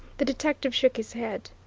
the detective shook his head.